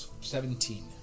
Seventeen